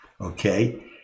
Okay